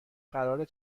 قرارت